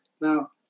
Now